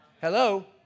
Hello